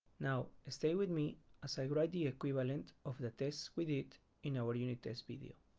now stay with me as i write the equivalent of the tests we did in our unit test video